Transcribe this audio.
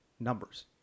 numbers